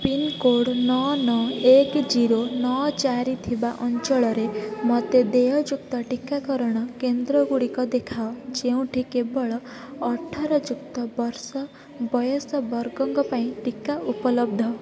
pincode ନଅ ନଅ ଏକ ଜିରୋ ନଅ ଚାରି ଥିବା ଅଞ୍ଚଳରେ ମୋତେ ଦେୟଯୁକ୍ତ ଟିକାକରଣ କେନ୍ଦ୍ରଗୁଡ଼ିକ ଦେଖାଅ ଯେଉଁଠି କେବଳ ଅଠର ଯୁକ୍ତ ବର୍ଷ ବୟସ ବର୍ଗଙ୍କ ପାଇଁ ଟିକା ଉପଲବ୍ଧ